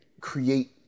create